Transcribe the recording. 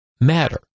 Matter